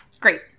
Great